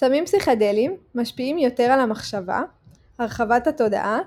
סמים פסיכדליים משפיעים יותר על המחשבה - הרחבת התודעה,